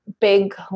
big